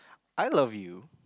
I love you